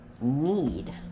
need